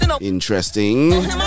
Interesting